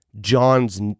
John's